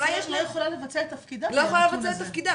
למעשה לא יכולה לבצע את תפקידה ללא הנתון הזה.